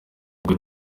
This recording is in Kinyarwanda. rwe